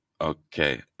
okay